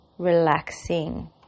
relaxing